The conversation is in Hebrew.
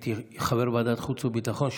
הייתי חבר ועדת החוץ והביטחון,